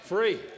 Free